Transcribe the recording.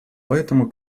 поэтому